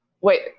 Wait